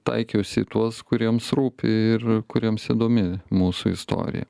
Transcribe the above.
taikiausi į tuos kuriems rūpi ir kuriems įdomi mūsų istorija